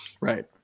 Right